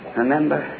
remember